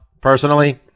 personally